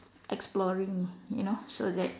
exploring you know so that